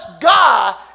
God